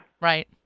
Right